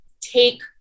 take